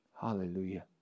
Hallelujah